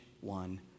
one